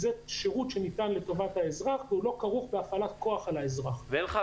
זה שירות שניתן לטובת האזרח והוא לא כרוך בהפעלת כוח כלפי האזרח.